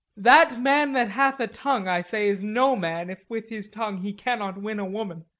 that man that hath a tongue, i say, is no man, if with his tongue he cannot win a woman.